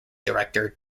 director